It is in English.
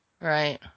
Right